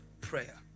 Prayer